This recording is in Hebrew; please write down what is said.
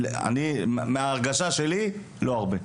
אני, מההרגשה שלי, לא הרבה.